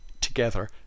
together